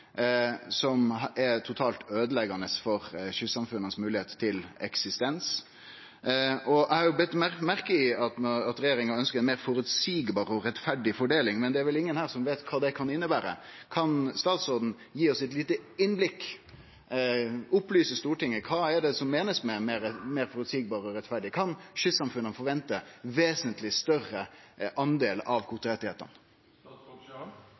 er totalt øydeleggjande for kystsamfunna si moglegheit for eksistens. Eg har bite meg merke i at regjeringa ønskjer ei meir føreseieleg og rettferdig fordeling, men det er vel ingen her som veit kva det kan innebere. Kan statsråden gi oss eit lite innblikk og opplyse Stortinget? Kva meiner ein med «meir føreseieleg og rettferdig»? Kan kystsamfunna vente seg ein vesentleg større del av